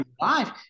life